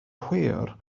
hwyr